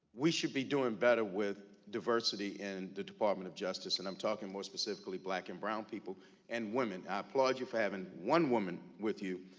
we should be doing better with diversity in the department of justice and i'm talking more specifically black and brown people and women. i applaud you for having one woman with you.